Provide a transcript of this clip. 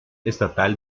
estatal